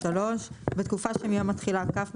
63. בתקופה שמיום התחילה כ'